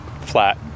flat